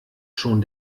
schon